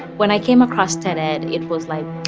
when i came across ted-ed, it it was like,